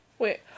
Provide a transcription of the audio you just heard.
Wait